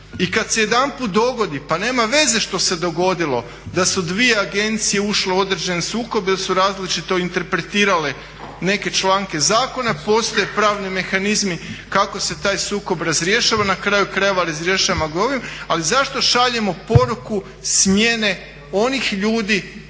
I kad se jedanput dogodi pa nema veze što se dogodilo da su dvije agencije ušle u određeni sukob ili su različito interpretirale neke članke zakona. Postoje pravni mehanizmi kako se taj sukob razrješava, na kraju krajeva razrješavamo ga ovim, ali zašto šaljemo poruku smjene onih ljudi